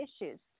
issues